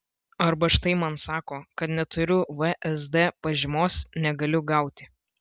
arba štai man sako kad neturiu vsd pažymos negaliu gauti